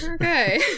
Okay